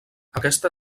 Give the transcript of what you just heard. aquesta